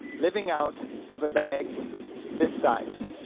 living out of a bag this size.